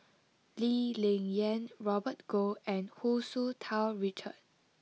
Lee Ling Yen Robert Goh and Hu Tsu Tau Richard